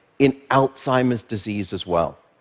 in alzheimer's disease as well.